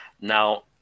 Now